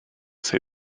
say